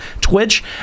Twitch